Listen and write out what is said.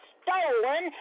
stolen